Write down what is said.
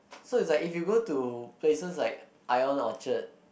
so it's like if you go to places like Ion Orchard